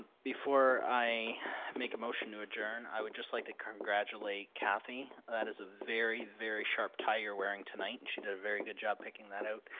before i make a motion to adjourn i would just like to congratulate kathy, that is a very very sharp tie you're wearing tonight and she did a very good job picking that out.